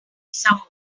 some